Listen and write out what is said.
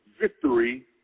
victory